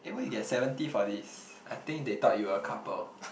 eh why you get seventy for this I think they thought you were a couple